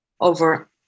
over